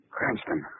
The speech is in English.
Cranston